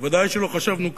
בוודאי שלא חשבנו כך.